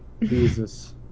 Jesus